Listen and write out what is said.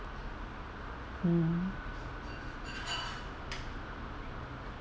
mm